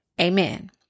Amen